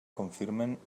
confirmen